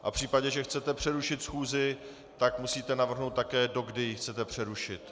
A v případě, že chcete přerušit schůzi, musíte navrhnout také, dokdy ji chcete přerušit.